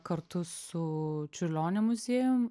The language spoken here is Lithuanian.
kartu su čiurlionio muziejum